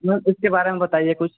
ma'am उसके बारे में बताइए कुछ